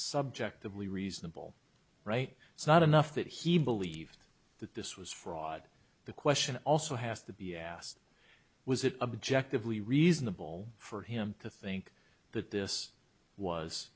subjectively reasonable right it's not enough that he believed that this was fraud the question also has to be asked was it objectively reasonable for him to think that this was